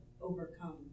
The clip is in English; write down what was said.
overcome